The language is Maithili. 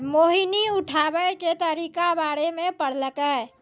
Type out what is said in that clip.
मोहिनी उठाबै के तरीका बारे मे पढ़लकै